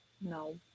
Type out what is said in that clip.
No